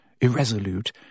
irresolute